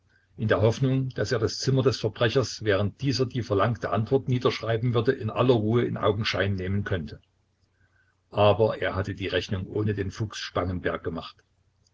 in der hoffnung daß er das zimmer des verbrechers während dieser die verlangte antwort niederschreiben würde in aller ruhe in augenschein nehmen könnte aber er hatte die rechnung ohne den fuchs spangenberg gemacht